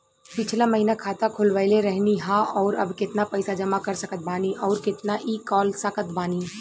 पिछला महीना खाता खोलवैले रहनी ह और अब केतना पैसा जमा कर सकत बानी आउर केतना इ कॉलसकत बानी?